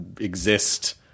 exist –